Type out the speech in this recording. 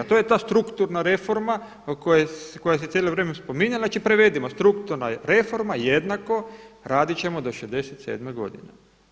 To je ta strukturna reforma koja se cijelo vrijeme spominje, znači prevedimo strukturna reforma jednako radit ćemo do 67. godine.